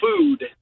food